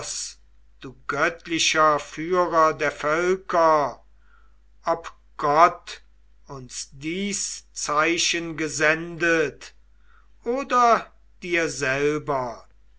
du göttlicher führer der völker ob gott uns dies zeichen gesendet oder dir selber